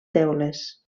teules